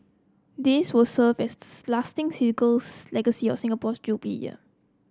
these will serve as lasting legacy of Singapore's Jubilee Year